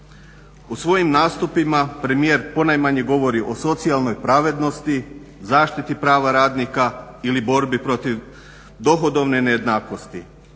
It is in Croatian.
U svojim nastupima premijer ponajmanje govori o socijalnoj pravednosti, zaštiti prava radnika ili borbi protiv dohodovne nejednakosti.